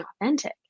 authentic